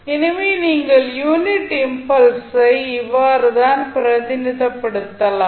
எனவே நீங்கள் யூனிட் இம்பல்ஸை இவ்வாறு தான் பிரதிநிதித்துவப்படுத்தலாம்